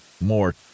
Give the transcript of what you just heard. more